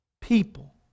People